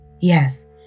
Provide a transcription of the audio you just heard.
Yes